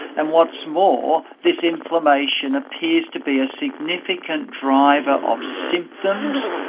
and what's more, this inflammation appears to be a significant driver of symptoms,